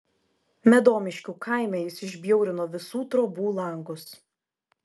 medomiškių kaime jis išbjaurino visų trobų langus